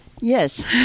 Yes